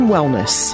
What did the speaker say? Wellness